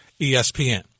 ESPN